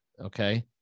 okay